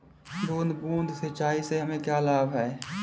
बूंद बूंद सिंचाई से हमें क्या लाभ है?